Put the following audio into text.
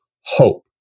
hope